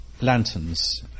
lanterns